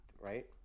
right